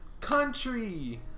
country